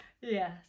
Yes